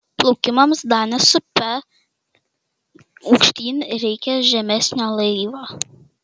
plaukimams danės upe aukštyn reikia žemesnio laivo